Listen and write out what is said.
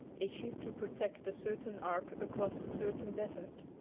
issued to protect a certain ark across a certain desert.